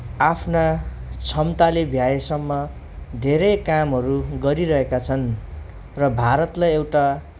आफ्ना क्षमताले भ्याएसम्म धेरै कामहरू गरिरहेका छन् र भारतलाई एउटा